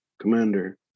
Commander